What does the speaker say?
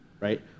right